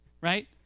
right